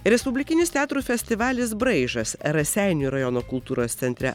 respublikinis teatrų festivalis braižas raseinių rajono kultūros centre